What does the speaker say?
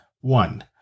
One